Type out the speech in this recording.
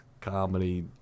comedy